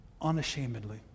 unashamedly